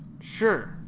Sure